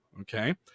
Okay